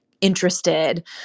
interested